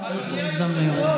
יש לך עוד דקה.